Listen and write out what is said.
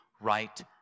right